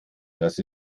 dass